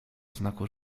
znaku